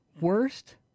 worst